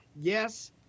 Yes